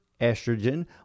estrogen